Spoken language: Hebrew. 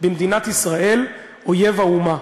במדינת ישראל אויב האומה,